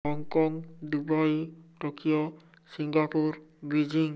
Hong Kong Dubai Tokyo Singapore Beijing